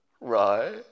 right